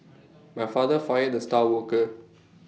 my father fired the star worker